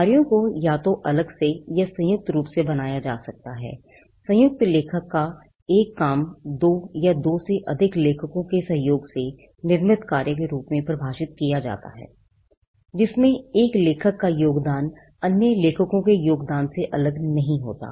कार्यों को या तो अलग से या संयुक्त रूप से बनाया जा सकता है संयुक्त लेखक का एक काम दो या दो से अधिक लेखकों के सहयोग से निर्मित कार्य के रूप में परिभाषित किया जाता है जिसमें एक लेखक का योगदान अन्य लेखकों के योगदान से अलग नहीं होता है